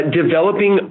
developing